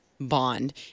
bond